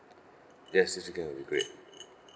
yes this weekend will be great